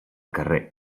carrer